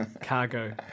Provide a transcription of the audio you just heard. Cargo